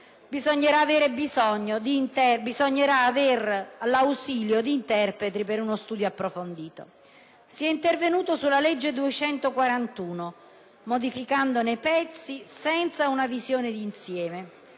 Servirà l'ausilio di interpreti per uno studio approfondito. Si è intervenuti sulla legge n. 241 del 1990, modificandone pezzi, senza una visione di insieme,